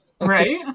Right